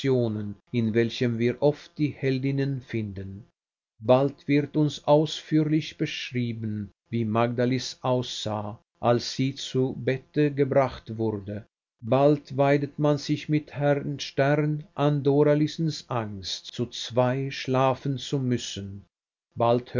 in welchen wir oft die heldinnen finden bald wird uns ausführlich beschrieben wie magdalis aussah als sie zu bette gebracht wurde bald weidet man sich mit herrn stern an doralicens angst zu zwei schlafen zu müssen bald